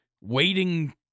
waiting